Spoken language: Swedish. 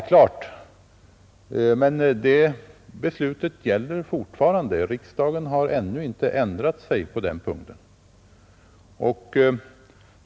Ja, men det beslutet gäller fortfarande. Riksdagen har ännu inte ändrat sig på den punkten.